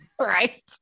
Right